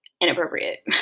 inappropriate